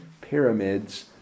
pyramids